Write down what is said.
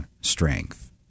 strength